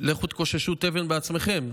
לכו תקוששו תבן בעצמכם.